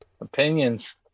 Opinions